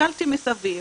הסתכלתי מסביב,